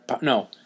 No